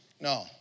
No